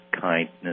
kindness